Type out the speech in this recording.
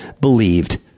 believed